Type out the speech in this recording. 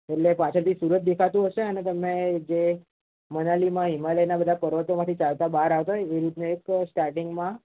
એટલે પાછળથી સૂરજ દેખાતો હશે અને તમે જે મનાલીમાં હિમાલયના બધા પર્વતોમાંથી ચાલતા બહાર આવતાં હોય ને એ રીતનો એક સ્ટાર્ટિંગમાં